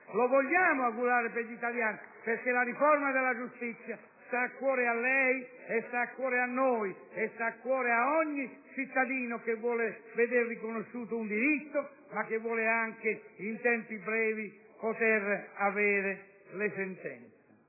lo vogliamo augurare per gli italiani, perché la riforma della giustizia sta a cuore a lei, a noi e a ogni cittadino che vuole vedere riconosciuto un diritto, ma che vuole anche poter aver le sentenze